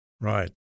Right